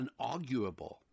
unarguable